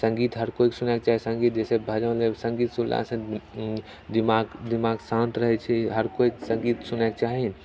सङ्गीत हर केओके सुनैके चाही सङ्गीत जैसे भजन ओजन सङ्गीत सुनला से दिमाग दिमाग शांत रहैत छै हर केओ के सङ्गीत सुनैके चाही